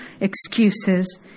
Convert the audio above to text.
excuses